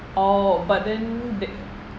oh but then they